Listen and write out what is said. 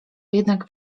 jednak